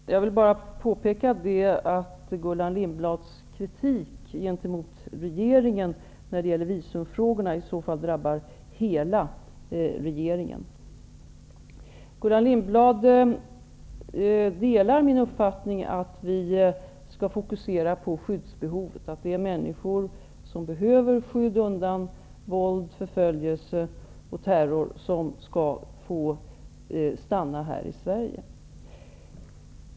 Herr talman! Jag vill påpeka att Gullan Lindblads kritik gentemot regeringen när det gäller visumfrågorna i så fall drabbar hela regeringen. Gullan Lindblad delar min uppfattning att vi skall fokusera på skyddsbehovet, att det är människor som behöver skydd undan våld, förföljelse och terror som skall få stanna i Sverige.